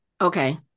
Okay